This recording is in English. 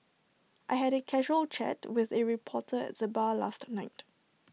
I had A casual chat with A reporter at the bar last night